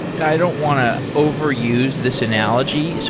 i don't want to overuse this analogy. so